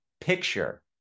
picture